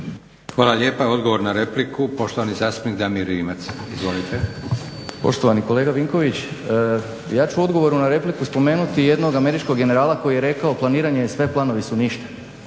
Hvala lijepa. Odgovor na repliku poštovani zastupnik Damir Rimac. Izvolite. **Rimac, Damir (SDP)** poštovani kolega Vinković, ja ću u odgovoru na repliku spomenuti jednog američkog generala koji je rekao planiranje je sve, planovi su ništa.